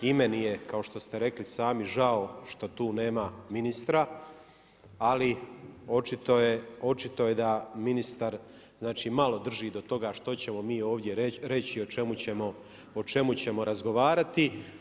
I meni je kao što ste rekli sami žao što tu nema ministra, ali očito je da ministar malo drži do toga što ćemo mi ovdje reći i o čemu ćemo razgovarati.